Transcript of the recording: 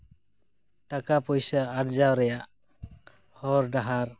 ᱴᱟᱠᱟ ᱯᱚᱭᱥᱟ ᱟᱨᱡᱟᱣ ᱨᱮᱭᱟᱜ ᱦᱚᱨᱼᱰᱟᱦᱟᱨ